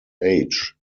age